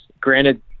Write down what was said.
Granted